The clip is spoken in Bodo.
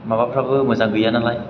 माबाफ्राबो मोजां गैया नालाय